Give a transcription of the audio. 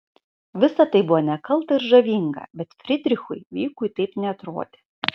visa tai buvo nekalta ir žavinga bet frydrichui vykui taip neatrodė